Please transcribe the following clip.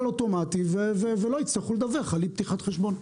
אוטומטי ולא יצטרכו לדווח על אי פתיחת חשבון.